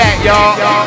Y'all